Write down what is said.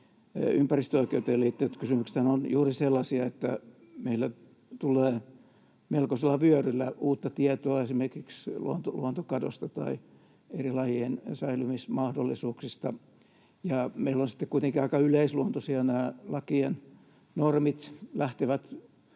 ympäristöoikeuteen liittyvät kysymyksethän ovat juuri sellaisia, että meillä tulee melkoisella vyöryllä uutta tietoa esimerkiksi luontokadosta tai eri lajien säilymismahdollisuuksista, ja meillä ovat sitten kuitenkin aika yleisluontoisia nämä lakien normit. Ne lähtevät